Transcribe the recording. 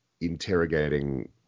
interrogating